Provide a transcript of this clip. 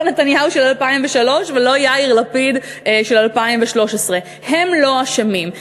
לא נתניהו של 2003 ולא יאיר לפיד של 2013. הם לא אשמים,